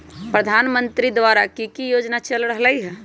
प्रधानमंत्री द्वारा की की योजना चल रहलई ह?